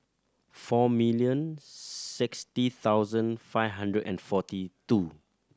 four million sixty thousand five hundred and forty two